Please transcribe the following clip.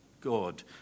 God